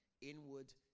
inward